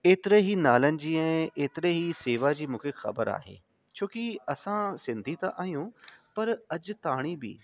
एतिरे ई नालनि जी ऐं एतिरे ई सेवा जी मूंखे ख़बर आहे छोकी असां सिंधी त आहियूं पर अॼु ताईं बि